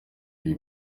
ibi